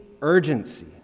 urgency